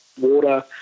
water